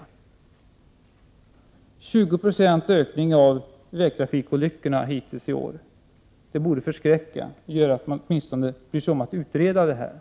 Också den 20-procentiga ökningen av vägtrafikolyckorna hittills iår borde förskräcka och göra att man åtminstone bryr sig om att utreda dessa frågor.